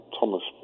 thomas